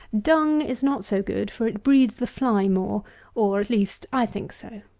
dung is not so good for it breeds the fly more or, at least, i think so.